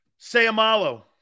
Sayamalo